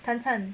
唐灿